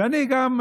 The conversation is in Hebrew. וגם אני,